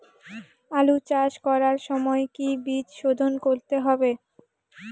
আলু চাষ করার সময় কি বীজ শোধন করতে হবে?